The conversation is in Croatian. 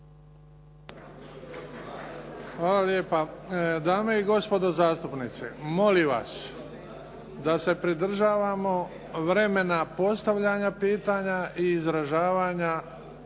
Hvala lijepa. Dame i gospodo zastupnici, molim vas da se pridržavamo vremena postavljanja pitanja i izražavanja